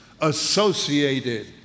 associated